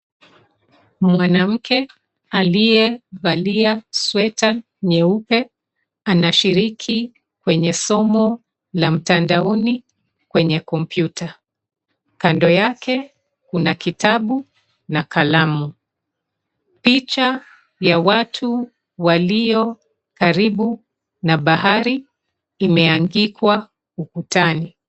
Mwanamke aliyevalia sweta nyeupe anashiriki kwenye somo la mtandaoni kwenye kompyuta. Kando yake kuna kitabu na kalamu. Picha ya watu waliokaribu na bahari imeangikwa ukutani.